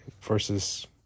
versus